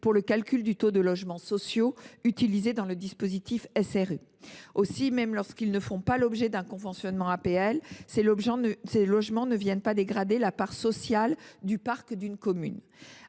pour le calcul du taux de logements sociaux utilisé dans le dispositif SRU. Aussi, même lorsqu’ils ne font pas l’objet d’un conventionnement APL, ces logements ne viennent pas dégrader la part sociale du parc d’une commune.